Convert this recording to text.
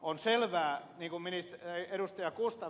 on selvää niin kuin ed